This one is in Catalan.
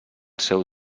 seu